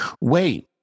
wait